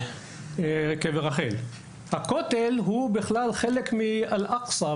הכותל הוא בכלל חלק מאל - אקצה,